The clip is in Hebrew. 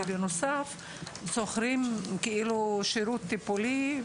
ובנוסף שוכרים שירות טיפולי.